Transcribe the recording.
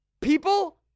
people